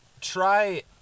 Try